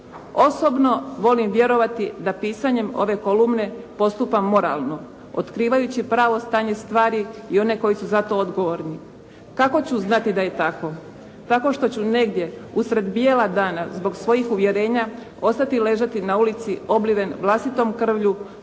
"Osobno volim vjerovati da pisanjem ove kolumne postupam moralno, otkrivajući pravo stanje stvari i one koji su za to odgovorni. Kako ću znati da je tako? Tako što ću negdje usred bijela dana zbog svojih uvjerenja ostati ležati na ulici obliven vlastitom krvlju